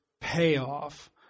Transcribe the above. payoff